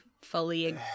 fully